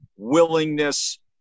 willingness